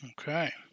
Okay